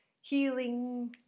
healing